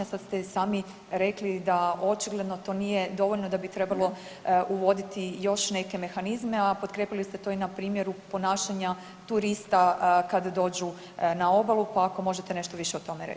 Sad ste i sami rekli da očigledno to nije dovoljno da bi trebalo uvoditi još neke mehanizme, a potkrijepili ste to i na primjeru ponašanja turista kada dođu na obalu, pa ako možete nešto više o tome reći.